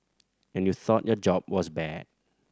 and you thought your job was bad